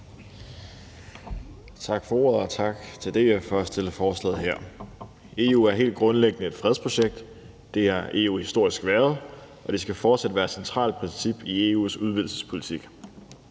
Tak for ordet, og tak til DF for at fremsætte forslaget her. EU er helt grundlæggende et fredsprojekt. Det har EU historisk været, og det skal fortsat være et centralt princip i EU's udvidelsespolitik.